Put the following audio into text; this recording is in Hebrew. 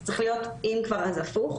אם כבר, זה צריך להיות הפוך.